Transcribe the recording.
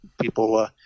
People